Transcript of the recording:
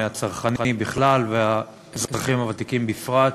הצרכנים בכלל והאזרחים הוותיקים בפרט,